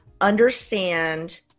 understand